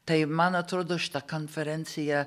tai man atrodo šita konferencija